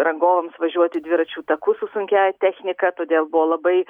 rangovams važiuoti dviračių taku su sunkiąja technika todėl buvo labai